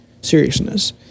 seriousness